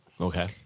Okay